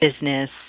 business